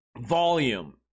volume